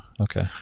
okay